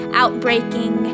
outbreaking